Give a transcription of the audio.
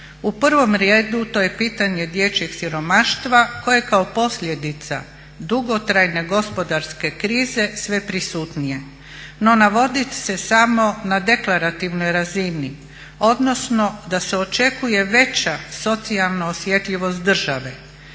U prvom redu to je pitanje dječjeg siromaštva koje kao posljedica dugotrajne gospodarske krize sve prisutnije, no navodi se samo na deklarativnoj razini odnosno da se očekuje veća socijalna osjetljivost države.